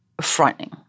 frightening